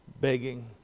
begging